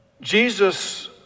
Jesus